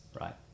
Right